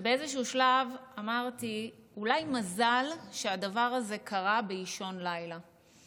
ובאיזשהו שלב אמרתי: אולי מזל שהדבר הזה קרה באישון לילה,